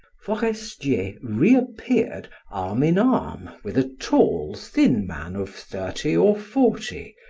forestier reappeared arm-in-arm with a tall, thin man of thirty or forty,